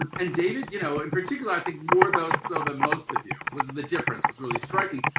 and david, you know, in particular i think more does so than most of you, was the difference was really striking.